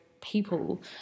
people